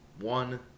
One